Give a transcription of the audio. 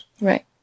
Right